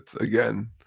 again